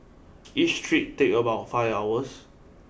each trip take about five hours